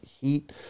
heat